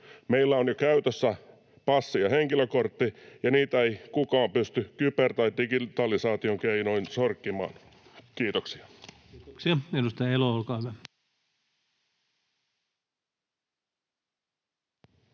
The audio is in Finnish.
Meillä on jo käytössä passi ja henkilökortti, ja niitä ei kukaan pysty kyber- tai digitalisaatiokeinoin sorkkimaan. — Kiitoksia. Kiitoksia. — Edustaja Elo, olkaa hyvä.